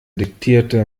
diktierte